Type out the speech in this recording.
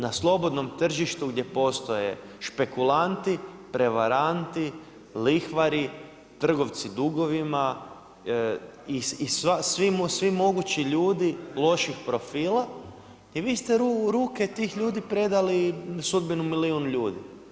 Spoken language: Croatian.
Na slobodnom tržištu gdje postoje špekulanti, prevaranti, lihvari, trgovci dugovima, i svi mogući ljudi loših profila i vi ste u ruke tih ljudi predali sudbinu milijun ljudi.